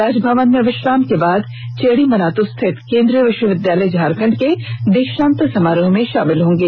राजभवन में विश्राम के बाद चेड़ी मनातु स्थित केंद्रीय विष्वविद्यालय झारखंड के दीक्षांत समारोह में शामिल होंगे